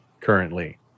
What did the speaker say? currently